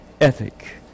ethic